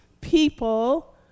people